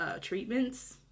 treatments